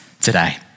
today